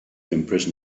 imprison